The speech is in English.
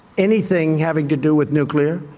anything having to do with nuclear.